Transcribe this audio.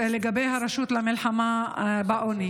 לגבי הרשות למלחמה בעוני,